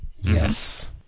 Yes